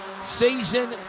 season